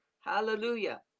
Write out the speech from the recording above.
Hallelujah